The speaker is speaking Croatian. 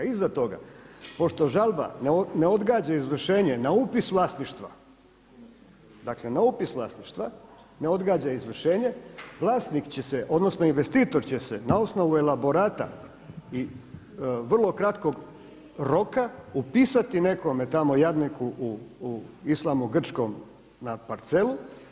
Iza toga pošto žalba ne odgađa izvršenje na upis vlasništva, dakle na upis vlasništva ne odgađa izvršenje vlasnik će se, odnosno investitor će se na osnovu elaborata i vrlo kratkog roka upisati nekome tamo jadniku u Islamu Grčkom na parcelu.